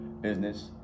business